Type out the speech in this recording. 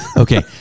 Okay